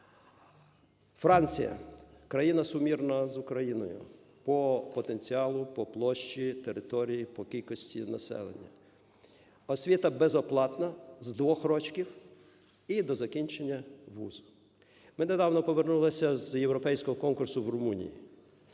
Франція – країна сумірна з Україною по потенціалу, по площі, території, по кількості населення: освіта безоплатна з двох рочків і до закінчення вузу. Ми недавно повернулися з європейського конкурсу в Румунії.